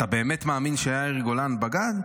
אתה באמת מאמין שיאיר גולן בגד?